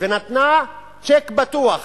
ונתנה צ'ק פתוח